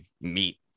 meet